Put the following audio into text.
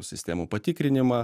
sistemų patikrinimą